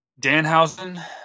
Danhausen